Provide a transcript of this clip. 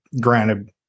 Granted